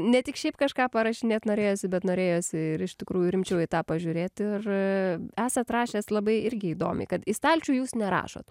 ne tik šiaip kažką parašinėt norėjosi bet norėjosi ir iš tikrųjų rimčiau į tą pažiūrėti ir esat rašęs labai irgi įdomiau kad į stalčių jūs nerašot